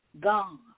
God